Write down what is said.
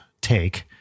take